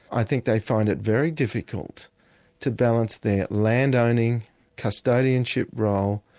i think they find it very difficult to balance their land-owning, custodianship role,